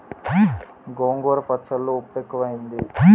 గోంగూర పచ్చళ్ళో ఉప్పు ఎక్కువైంది